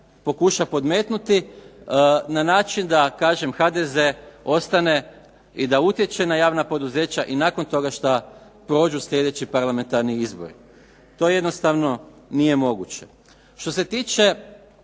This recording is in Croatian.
pokuša podmetnuti na način da kažem HDZ ostane i da utječe na javna poduzeća i nakon toga što prođu slijedeći parlamentarni izbori. To jednostavno nije moguće. Što se tiče